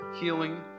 healing